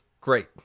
great